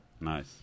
Nice